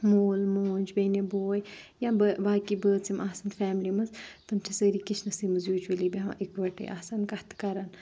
مول موج بیٚنہِ بوے یا باقٕے بٲژ یِم آسان فیملی منز تِم چھِ سٲری کِچنَسٕے منز یوٗجوٕلی بؠہوان اِکوَٹٕے آسان کَتھ کَران